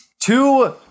Two